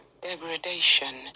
degradation